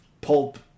pulp